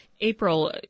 April